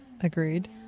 Agreed